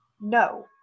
No